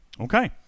Okay